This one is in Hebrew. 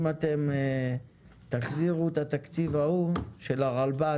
אם אתם תחזירו את התקציב ההוא של הרלב"ד